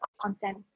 content